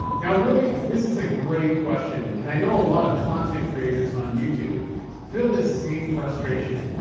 now really, this is a great question. and i know a lot of content creators on youtube feel the same frustration.